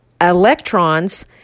electrons